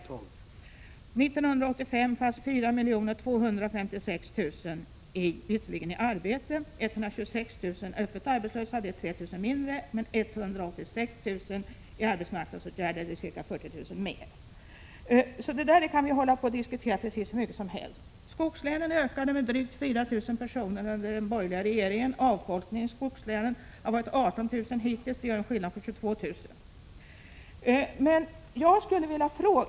År 1985 fanns 4 256 000 visserligen i arbete, 126 000 öppet arbetslösa, dvs. 3 000 mindre, men 186 000 i arbetsmarknadsåtgärder, dvs. ca 40 000 mer. Detta kan vi diskutera precis hur mycket som helst. Skogslänen ökade med drygt 4 000 personer under de borgerliga åren. Avfolkningen av skogslänen har varit 18 000 hittills. Det blir en skillnad på 22 000.